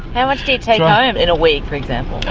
how much do you take home in a week, for example?